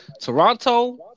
Toronto